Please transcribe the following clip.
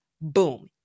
Boom